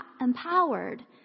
empowered